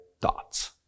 thoughts